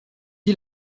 dit